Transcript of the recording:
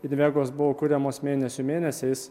invegos buvo kuriamos mėnesių mėnesiais